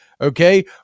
okay